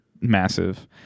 massive